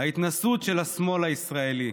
ההתנשאות של השמאל הישראלי,